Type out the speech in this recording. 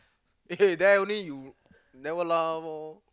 eh there only you never laugh lor